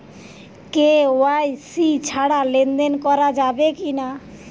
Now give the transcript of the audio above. KYC ছাড়া লেনদেন করা যাবে কিনা?